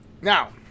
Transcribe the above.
Now